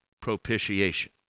propitiation